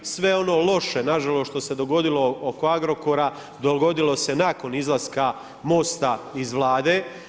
Sve ono loše, nažalost što se dogodilo oko Agrokora, dogodilo se nakon izlaska Mosta iz Vlade.